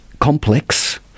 complex